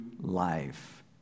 life